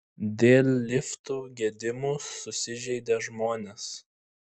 dėl liftų gedimų susižeidė žmonės